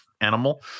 animal